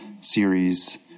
series